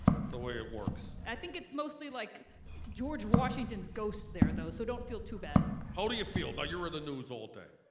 that's the way it works. i think it's mostly like george washington's ghost there, though so don't feel too bad. how do you feel now youire with the news all day,